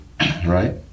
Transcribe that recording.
right